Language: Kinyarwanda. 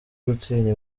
gutinya